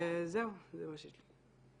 זהו, זה מה שיש לי להגיד.